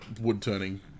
wood-turning